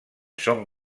són